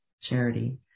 charity